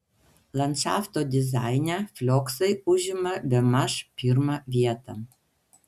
landšafto dizaine flioksai užima bemaž pirmą vietą